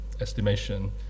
estimation